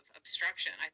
obstruction